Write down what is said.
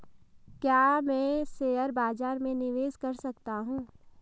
क्या मैं शेयर बाज़ार में निवेश कर सकता हूँ?